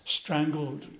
strangled